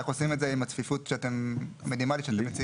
איך עושים את זה עם הצפיפות המינימלית שאתם מציעים?